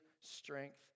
strength